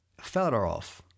Fedorov